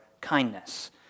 kindness